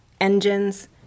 engines